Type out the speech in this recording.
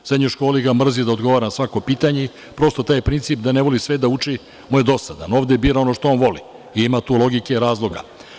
U srednjoj školi ga mrzi da odgovara na svako pitanje, prosto taj princip da ne voli sve da uči mu je dosadan, ovde bira ono što on voli i ima tu logike, razloga.